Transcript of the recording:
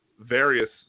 various